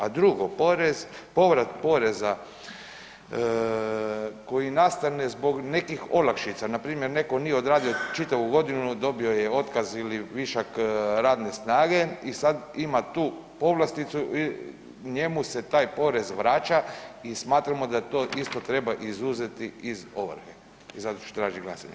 A drugo, porez, povrat poreza koji nastane zbog nekih olakšica, npr. netko nije odradio čitavu godinu, dobio je otkaz ili višak radne snage i sad ima tu povlasticu i njemu se taj porez vraća i smatramo da to isto treba izuzeti iz ovrhe i zato ću tražiti glasanje.